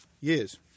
Years